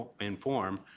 inform